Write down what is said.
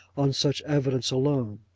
on such evidence alone.